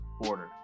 order